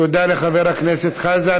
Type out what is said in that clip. תודה לחבר הכנסת חזן.